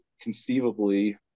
Conceivably